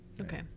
Okay